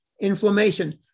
Inflammation